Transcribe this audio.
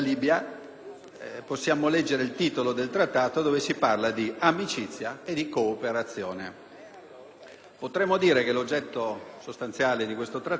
Potremmo dire che l'oggetto sostanziale di questo Trattato è un recupero dei rapporti con la Libia;